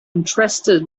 interested